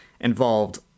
involved